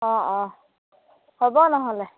অঁ অঁ হ'ব নহ'লে